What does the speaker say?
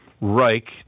Reich